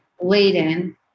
laden